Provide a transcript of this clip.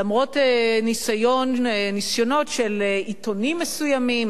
למרות ניסיונות של עיתונים מסוימים,